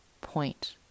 point